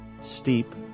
Steep